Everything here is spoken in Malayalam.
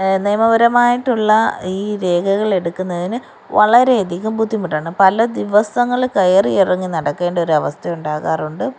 നിയമപരമായിട്ടുള്ള ഈ രേഖകൾ എടുക്കുന്നതിന് വളരെ അധികം ബുദ്ധിമുട്ടുണ്ട് പല ദിവസങ്ങള് കയറി ഇറങ്ങി നടക്കേണ്ട ഒരു അവസ്ഥ ഉണ്ടാകാറുണ്ട്